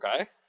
Okay